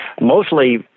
mostly